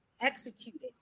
executed